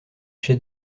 chefs